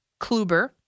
Kluber